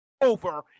over